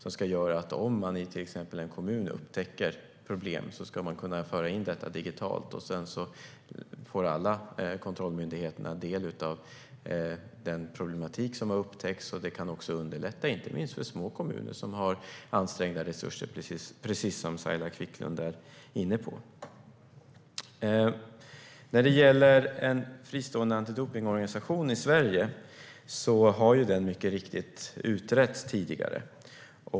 Om man i till exempel en kommun upptäcker problem ska man kunna föra in detta digitalt, och sedan får alla kontrollmyndigheter del av den problematik som har upptäckts. Det kan underlätta inte minst för små kommuner som har ansträngda resurser, precis som Saila Quicklund är inne på. När det gäller en fristående antidopningsorganisation i Sverige har det mycket riktigt utretts tidigare.